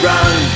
Run